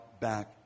back